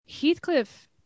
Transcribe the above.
Heathcliff